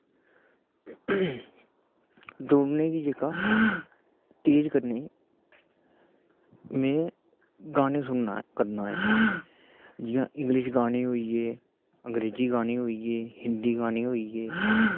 दौड़नै बी जेह्का तेज़ करना में गानें सुनना ऐं करना ऐं जियां इंगलिश गाने होइये अंग्रेजी गाने होइये हिन्दी गाने होइये